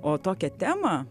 o tokią temą